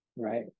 Right